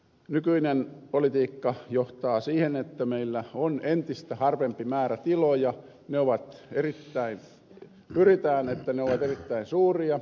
nykyinen politiikka johtaa siihen että meillä on entistä harvempi määrä tiloja kun pyritään että ne ovat erittäin suuria teollisuustuotantotyyppisiä